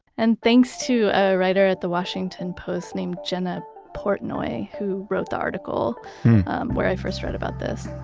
and thanks to a writer at the washington post named jenna portnoy, who wrote the article where i first read about this.